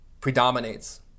predominates